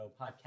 podcast